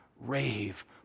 rave